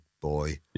boy